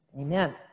Amen